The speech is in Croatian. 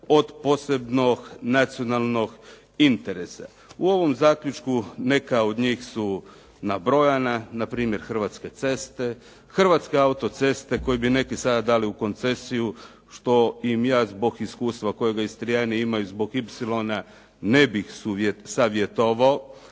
od posebnog nacionalnog interesa? U ovom zaključku neka od njih su nabrojana, npr. Hrvatske ceste, Hrvatske autoceste koje bi neki sada dali u koncesiju što bi im ja zbog iskustva koji istrijani imaju zbog Ipsilona ne bih savjetovao.